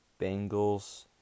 Bengals